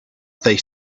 they